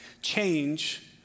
Change